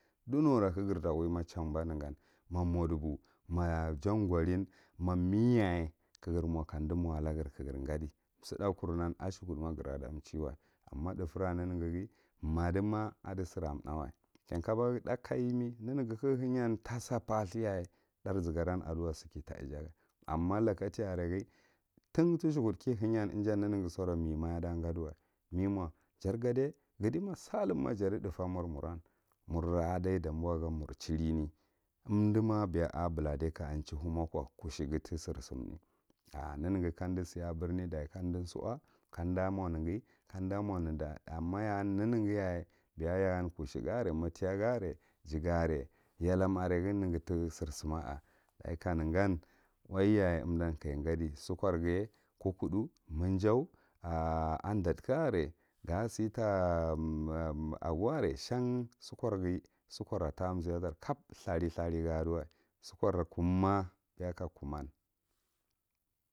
Dunura ka gir ta uwima chamba nega ma moɗugu ma jangorin ma miyaye ka gir mo kamndu mi alagre kagre gadia shiguthat ma gra ɗa chiewa amma thufera nenegeghi maɗima aɗi sira thawa shankaboghi thaka temi neneghi ka ngha heyan tasa parthu yaye thara zigaran sikita ijaga amma lakatai areghi tintisiguɗt ki heyan ija neneghi sorau mema yaɗa gadu, memo ghadima sahlumma jadih thufuren mur muran mura a iɗiye danboa gan mur chiline, umdima beya a buladai ka anchihu mako kusheghi tisirsimme, ah neneghi kamdi si abirne ko kamdi suwa kamda mo negh kamɗa mo nanda amma ya an neneghi yaye beya ya an kushegah are matiya ga are jiga are yalam are ghi negha tehsirsumma a, ɗachi kanegam wai yaye unɗan kajan gaaɗir sukarghiye kokudu, minjau, at undathtka are gasih ka gou are shan sukorghi sukarra ziyaɗara kab thuai thuah ga aduwai sukar kumma beya kumman.